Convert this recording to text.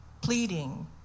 pleading